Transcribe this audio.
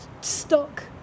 stuck